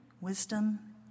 wisdom